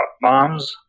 bombs